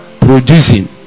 producing